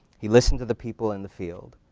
he listened to the people in the field.